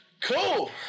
Cool